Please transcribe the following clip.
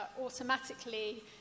automatically